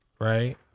right